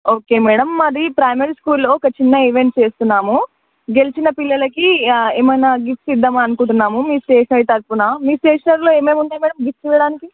okay madam మాది primary స్కూల్లో ఒక చిన్న ఈవెంట్ చేస్తున్నాము గెలిచిన పిల్లలకి ఏమన్న గిఫ్ట్స్ ఇద్దాం అనుకుంటున్నాము మీ స్టేషనరీ తరపున మీ స్టేషనరీలో ఏమేమి ఉంటాయి మ్యాడమ్ గిఫ్ట్స్ ఇవ్వడానికి